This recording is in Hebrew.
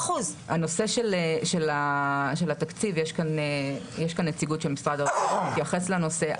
בנושא של התקציב יש כאן נציגות של משרד האוצר והוא יתייחס לנושא.